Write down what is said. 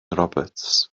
roberts